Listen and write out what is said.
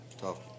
tough